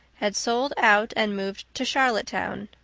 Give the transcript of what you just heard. had sold out and moved to charlottetown.